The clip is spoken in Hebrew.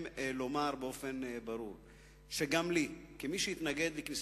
שגם דיבר כאן,